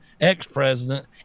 ex-president